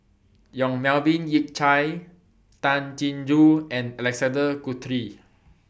Yong Melvin Yik Chye Tay Chin Joo and Alexander Guthrie